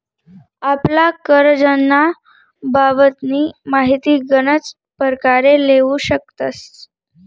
आपला करजंना बाबतनी माहिती गनच परकारे लेवू शकतस